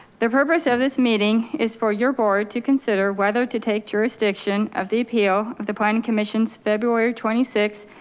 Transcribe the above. the purpose of this meeting is for your board to consider whether to take jurisdiction of the appeal of the planning. commission's february twenty six,